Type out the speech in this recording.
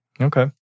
Okay